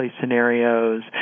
scenarios